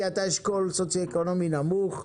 כי אתה אשכול סוציו-אקונומי נמוך,